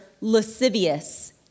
lascivious